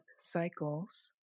Cycles